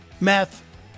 meth